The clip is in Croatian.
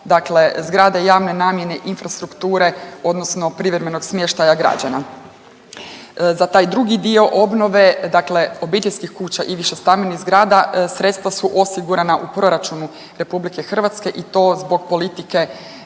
zgrade javne namjene, infrastrukture, odnosno privremenog smještaja građana. Za taj drugi dio obnove, dakle obiteljskih kuća i višestambenih zgrada sredstva su osigurana u proračunu RH i to zbog politike